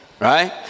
Right